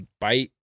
bite